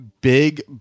Big